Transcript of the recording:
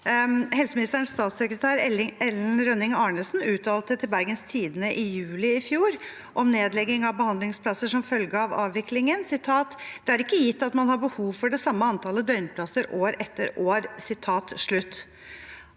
Helseministerens statssekretær, Ellen Rønning-Arnesen, uttalte følgende til Bergens Tidende i juli i fjor om nedlegging av behandlingsplasser som følge av avviklingen: «Det er ikke gitt at man har behov for det samme antallet døgnplasser år etter år.»